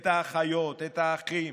את האחיות, את האחים,